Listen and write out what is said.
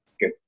good